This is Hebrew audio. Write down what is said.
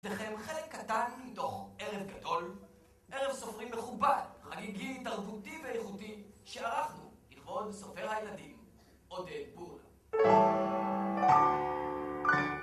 לםניכם חלק קטן מתוך ערב גדול, ערב סופרים מכובד, חגיגי, תרבותי ואיכותי שערכנו, לכבוד סופר הילדים, עודד בול.